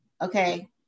okay